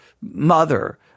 mother